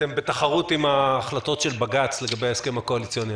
אתם בתחרות עם ההחלטות של בג"ץ לגבי ההסכם הקואליציוני.